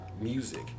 music